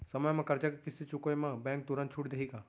समय म करजा के किस्ती चुकोय म बैंक तुरंत छूट देहि का?